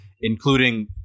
including